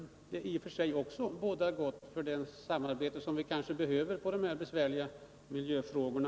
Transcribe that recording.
I och för sig bådar det gott för det samarbete som vi kanske behöver i de här besvärliga miljöfrågorna.